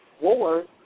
wars